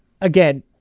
again